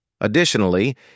Additionally